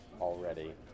already